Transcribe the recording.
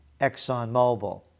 ExxonMobil